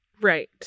Right